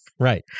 Right